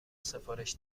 سفارش